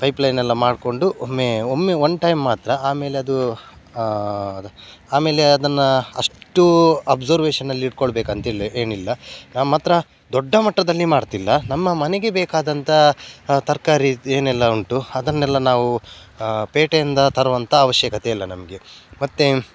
pipeline ಎಲ್ಲ ಮಾಡಿಕೊಂಡು ಒಮ್ಮೆ ಒಮ್ಮೆ ಒನ್ ಟೈಮ್ ಮಾತ್ರ ಆಮೇಲೆ ಅದು ಅದು ಆಮೇಲೆ ಅದನ್ನು ಅಷ್ಟು ಅಬ್ಸರ್ವೇಶನಲ್ಲಿ ಇಟ್ಕೊಳ್ಬೇಕು ಅಂತಿಲ್ಲ ಏನಿಲ್ಲ ನಮ್ಮ ಹತ್ರ ದೊಡ್ಡ ಮಟ್ಟದಲ್ಲಿ ಮಾಡ್ತಿಲ್ಲ ನಮ್ಮ ಮನೆಗೆ ಬೇಕಾದಂಥ ತರಕಾರಿ ಇದು ಏನೆಲ್ಲ ಉಂಟು ಅದನ್ನೆಲ್ಲ ನಾವು ಪೇಟೆಯಿಂದ ತರುವಂಥ ಅವಶ್ಯಕತೆ ಇಲ್ಲ ನಮಗೆ ಮತ್ತೆ